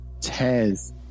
tears